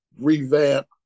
revamp